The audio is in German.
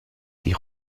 die